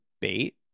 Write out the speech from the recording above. bait